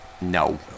No